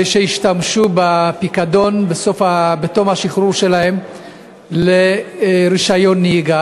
כדי שישתמשו בפיקדון בתום השחרור שלהם לקבלת רישיון נהיגה.